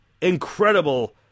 incredible